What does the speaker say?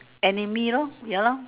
enemy lor ya lor